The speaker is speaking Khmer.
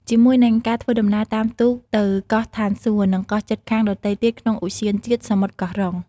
ជាមួយនិងការធ្វើដំណើរតាមទូកទៅកោះឋានសួគ៌ និងកោះជិតខាងដទៃទៀតក្នុងឧទ្យានជាតិសមុទ្រកោះរ៉ុង។